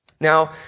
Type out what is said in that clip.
Now